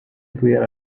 estudiar